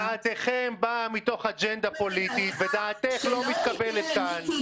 דעתכם באה מתוך אג'נדה פוליטית ודעתך לא מתקבלת כאן.